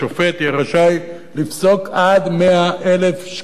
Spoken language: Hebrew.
יהיה רשאי לפסוק עד 100,000 שקלים,